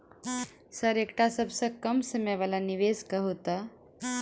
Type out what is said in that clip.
Sir एकटा सबसँ कम समय वला निवेश कहु तऽ?